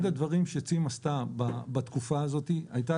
אחד הדברים שצים עשתה בתקופה הזאת היה,